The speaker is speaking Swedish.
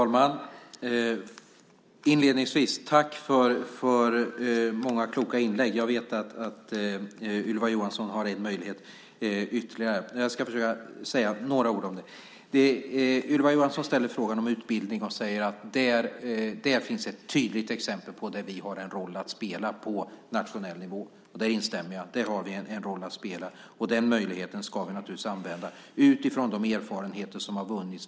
Herr talman! Tack för många kloka inlägg! Jag vet att Ylva Johansson har möjlighet till ytterligare ett inlägg. Jag ska försöka säga några ord om det som sagts. Ylva Johansson ställer en fråga om utbildning och säger att det i det sammanhanget finns ett tydligt exempel på där vi har en roll att spela, på nationell nivå. I det instämmer jag. Där har vi en roll att spela, och den möjligheten ska vi naturligtvis använda utifrån de erfarenheter som vunnits.